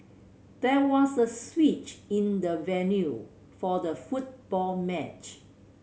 there was a switch in the venue for the football match